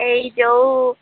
ଏଇ ଯୋଉ